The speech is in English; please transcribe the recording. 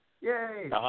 Yay